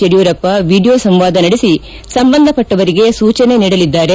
Yediyurappa video ಸಂವಾದ ನಡೆಸಿ ಸಂಬಂಧಪಟ್ಟವರಿಗೆ ಸೂಚನೆ ನೀಡಲಿದ್ದಾರೆ